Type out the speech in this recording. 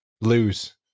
lose